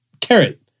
carrot